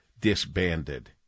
disbanded